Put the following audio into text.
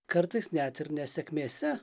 kartais net ir nesėkmėse